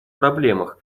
проблемах